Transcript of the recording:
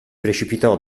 precipitò